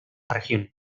región